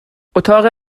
اتاق